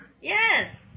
Yes